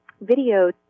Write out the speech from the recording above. video